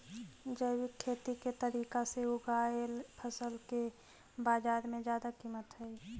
जैविक खेती के तरीका से उगाएल फसल के बाजार में जादा कीमत हई